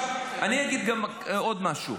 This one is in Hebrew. אגיד גם עוד משהו.